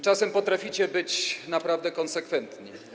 Czasem potraficie być naprawdę konsekwentni.